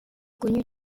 connu